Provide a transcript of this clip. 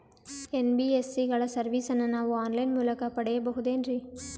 NBSC ಗಳ ಸರ್ವಿಸನ್ನ ನಾವು ಆನ್ ಲೈನ್ ಮೂಲಕ ಪಡೆಯಬಹುದೇನ್ರಿ?